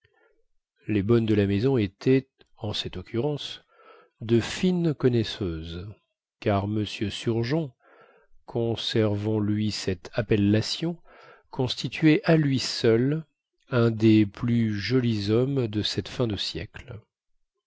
les bonnes de la maison étaient en cette occurrence de fines connaisseuses car m surgeon conservons lui cette appellation constituait à lui seul un des plus jolis hommes de cette fin de siècle